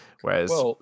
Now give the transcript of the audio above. whereas